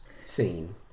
scene